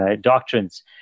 doctrines